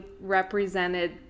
represented